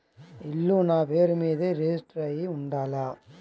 ఇల్లు నాపేరు మీదే రిజిస్టర్ అయ్యి ఉండాల?